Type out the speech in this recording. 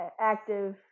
active